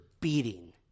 beating